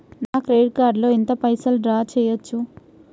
నా credit card లో ఎంత పైసల్ డ్రా చేయచ్చు?